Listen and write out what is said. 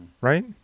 right